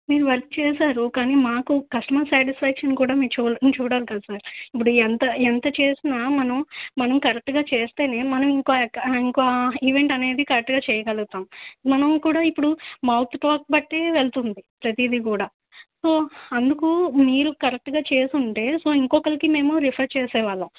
మీరు వర్క్ చేసారు కానీ మాకు కస్టమర్స్ సాటిస్ఫాక్షన్ కూడా మీరు మేము చూడాలి కదా సార్ ఇప్పుడు ఎంత ఎంత చేసినా మనం మనం కరెక్ట్గా చేస్తేనే మనం ఇంకో ఇంకో ఈవెంట్ అనేది కరెక్ట్గా చెయ్యగలుగుతాం మనం కూడా ఇప్పుడు మౌత్ టాక్ బట్టీ వెళ్తుంది ప్రతీదీ కూడా సో అందుకు మీరు కరెక్ట్గా చేసుంటే సో ఇంకొకళ్ళకి మేము రిఫర్ చేసే వాళ్ళం